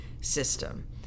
system